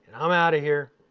i'm outta here.